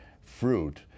fruit